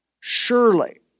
Surely